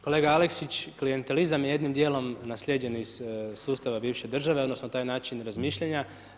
Kolega Aleksić, klijentizam je jednim djelom naslijeđen iz sustava bivše države, odnosno taj način razmišljanja.